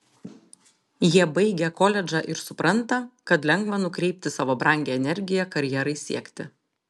jie baigia koledžą ir supranta kad lengva nukreipti savo brangią energiją karjerai siekti